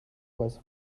was